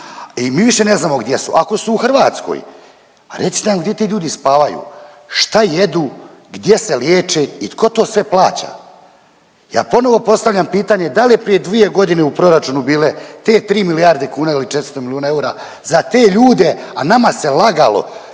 I mi više ne znamo gdje su. Ako su u Hrvatskoj, pa recite nam gdje ti ljudi spavaju. Šta jedu, gdje se liječe i tko to sve plaća? Ja ponovo postavljam pitanje, da li je prije 2 godine u proračunu bile te 3 milijarde kuna ili 400 milijuna eura za te ljude, a nama se lagalo